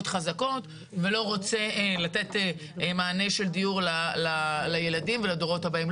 חזקות ולא רוצה לתת מענה של דיור לילדים ולדורות הבאים.